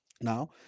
now